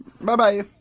Bye-bye